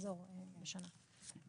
מחזור לשנה.